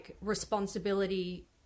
responsibility